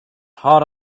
hot